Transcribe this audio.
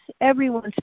everyone's